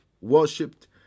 worshipped